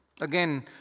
Again